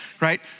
right